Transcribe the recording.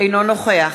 אינו נוכח